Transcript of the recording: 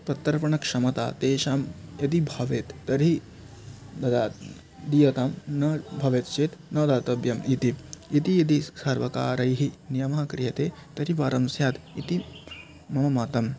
प्रत्यर्पणक्षमता तेषां यदि भवेत् तर्हि दद्यात् दीयतां न भवेत् चेत् न दातव्यम् इति इति यदि स् सर्वकारैः नियमः क्रियते तर्हि वरं स्यात् इति मम मतम्